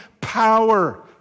power